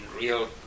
real